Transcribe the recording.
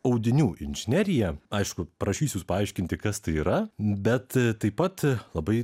audinių inžineriją aišku prašysiu jūsų paaiškinti kas tai yra bet taip pat labai